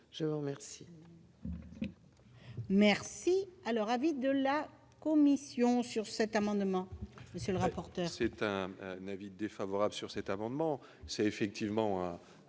Je vous remercie,